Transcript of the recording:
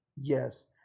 Yes